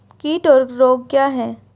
कीट और रोग क्या हैं?